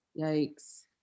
Yikes